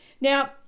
Now